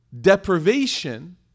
deprivation